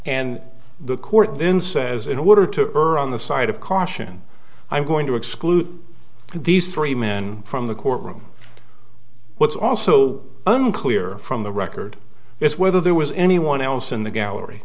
and the court then says in order to urge on the side of caution i'm going to exclude these three men from the courtroom what's also unclear from the record is whether there was anyone else in the